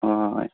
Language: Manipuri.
ꯑꯥ